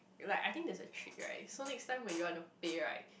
like I think there is the treat right so next time when you want to pay right